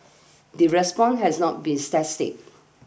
the response has not be static